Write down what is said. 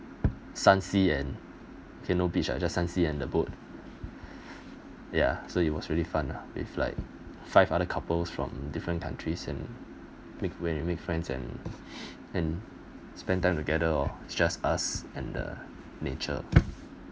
sun sea and kino beach ah just sun sea and the boat ya so it was really fun ah with like five other couples from different countries and make when you make friends and and spend time together oh just us and the nature